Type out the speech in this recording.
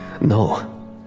No